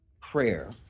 prayer